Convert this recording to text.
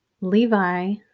Levi